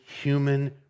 human